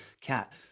cat